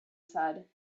said